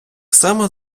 само